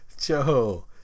Joe